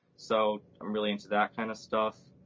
so i'm really into that kind of stuff.